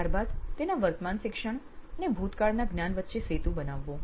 ત્યાર બાદ તેના વર્તમાન શિક્ષણ અને ભૂતકાળના જ્ઞાન વચ્ચે સેતુ બનાવવો